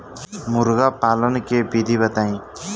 मुर्गी पालन के विधि बताई?